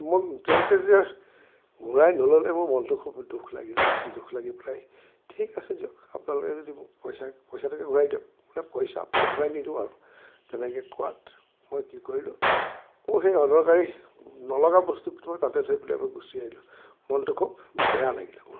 মই তেওঁলোকে যে ঘুৰাই নল'লে মোৰ মনটো খুব দুখ লাগিলে দুখ লাগি পেলাই ঠিক আছে দিয়ক আপোনালোকে যদি মোক পইচা পইচাটোকে ঘূৰাই দিয়ক বোলে পইচা আপোনাক আৰু ঘূৰই নিদিওঁ আৰু তেনেকৈ কোৱাত মই কি কৰিলোঁ মোৰ সেই অদৰকাৰী নলগা বস্তুটো মই তাতেই থৈ পেলাই মই গুচি আহিলোঁ মনটো খুব বেয়া লাগিলে